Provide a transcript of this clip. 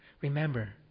Remember